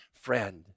friend